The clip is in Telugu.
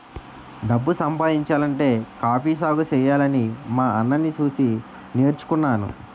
డబ్బు సంపాదించాలంటే కాఫీ సాగుసెయ్యాలని మా అన్నని సూసి నేర్చుకున్నాను